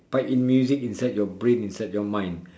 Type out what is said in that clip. bite in music inside your brain inside your mind